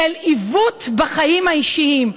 אל עיוות בחיים האישיים,